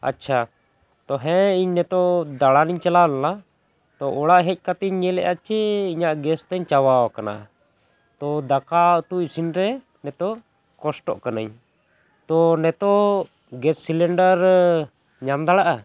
ᱟᱪᱪᱷᱟ ᱛᱚ ᱦᱮᱸ ᱤᱧ ᱱᱤᱛᱚᱜ ᱫᱟᱬᱟᱱᱤᱧ ᱪᱟᱞᱟᱣ ᱞᱮᱱᱟ ᱛᱚ ᱚᱲᱟᱜ ᱦᱮᱡ ᱠᱟᱛᱮᱧ ᱧᱮᱞᱮᱜᱼᱟ ᱪᱮ ᱤᱧᱟᱹᱜ ᱜᱮᱥ ᱛᱤᱧ ᱪᱟᱵᱟ ᱟᱠᱟᱱᱟ ᱛᱚ ᱫᱟᱠᱟ ᱩᱛᱩ ᱤᱥᱤᱱ ᱨᱮ ᱱᱤᱛᱚᱜ ᱠᱚᱥᱴᱚᱜ ᱠᱟᱹᱱᱟᱧ ᱛᱚ ᱱᱤᱛᱚᱜ ᱜᱮᱥ ᱥᱤᱞᱤᱱᱰᱟᱨ ᱧᱟᱢ ᱫᱟᱲᱮᱜᱼᱟ